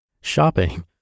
shopping